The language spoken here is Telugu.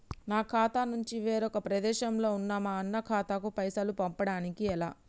నా ఖాతా నుంచి వేరొక ప్రదేశంలో ఉన్న మా అన్న ఖాతాకు పైసలు పంపడానికి ఎలా?